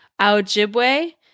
Ojibwe